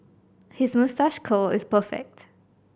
his moustache curl is perfect